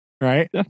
Right